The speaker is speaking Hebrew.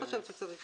אני לא חושבת שצריך.